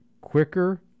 quicker